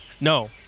No